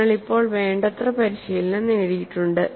നിങ്ങൾ ഇപ്പോൾ വേണ്ടത്ര പരിശീലനം നേടിയിട്ടുണ്ട്